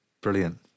Brilliant